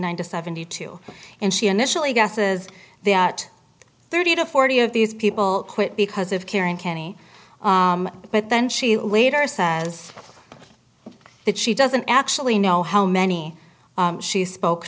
nine to seventy two and she initially guesses that thirty to forty of these people quit because of carrying kenny but then she later says that she doesn't actually know how many she spoke